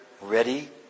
ready